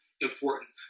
important